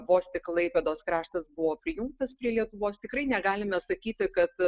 vos tik klaipėdos kraštas buvo prijungtas prie lietuvos tikrai negalime sakyti kad